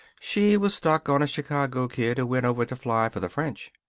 she was stuck on a chicago kid who went over to fly for the french.